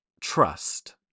trust